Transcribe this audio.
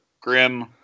grim